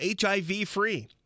HIV-free